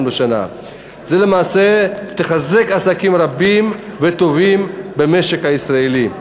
בשנה תחזק למעשה עסקים רבים וטובים במשק הישראלי.